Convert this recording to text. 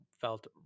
felt